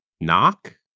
knock